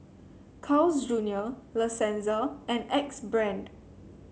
Carl's Junior La Senza and Axe Brand